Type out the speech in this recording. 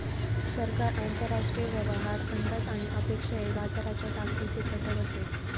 सरकार, आंतरराष्ट्रीय व्यवहार, अंदाज आणि अपेक्षा हे बाजाराच्या ताकदीचे घटक असत